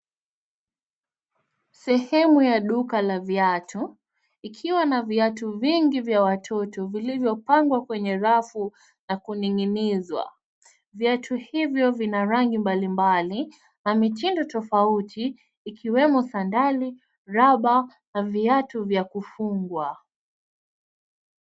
Sehemu ya duka la viatu ikiwa na viatu vingi vya watoto vilivyopangwa kwenye rafu na kuning'inizwa .Viatu hivyo vina rangi mbalimbali na mitindo tofauti ikiwemo sadari, rubber na viatu vya kufungwa.